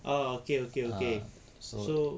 ah okay okay okay so